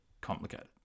complicated